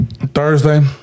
Thursday